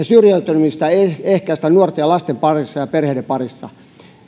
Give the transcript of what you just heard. syrjäytymistä ehkäistä nuorten ja lasten parissa ja perheiden parissa